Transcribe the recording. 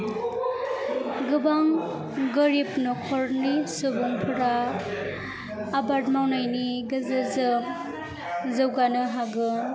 गोबां गोरिब न'खरनि सुबुंफोरा आबाद मावनायनि गेजेरजों जौगानो हागोन